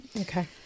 Okay